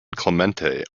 clemente